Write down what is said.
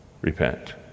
Repent